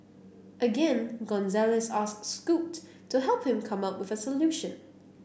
again Gonzalez asked Scoot to help him come up with a solution